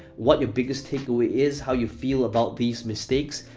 what your biggest takeaway is, how you feel about these mistakes,